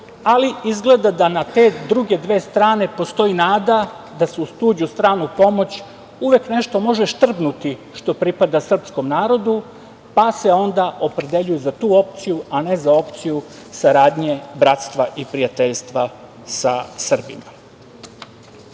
ali izgleda da na te druge dve strane postoji nada da se uz tuđu, stranu pomoć uvek nešto može štrpnuti što pripada srpskom narodu, pa se onda opredeljuju za tu opciju, a ne za opciju saradnje, bratstva i prijateljstva sa Srbima. Moram